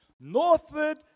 northward